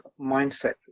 mindset